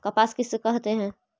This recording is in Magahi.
कपास किसे कहते हैं?